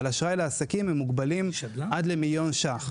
אבל הן מוגבלות באשראי לעסקים עד למיליון ₪.